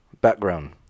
background